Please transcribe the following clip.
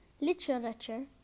literature